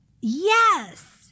Yes